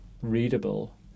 readable